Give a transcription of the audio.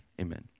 Amen